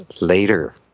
later